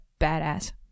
badass